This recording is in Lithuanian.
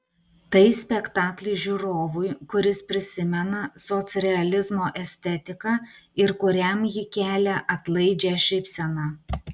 tai spektaklis žiūrovui kuris prisimena socrealizmo estetiką ir kuriam ji kelia atlaidžią šypseną